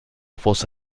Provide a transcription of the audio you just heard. fosse